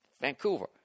Vancouver